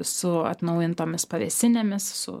su atnaujintomis pavėsinėmis su